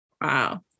Wow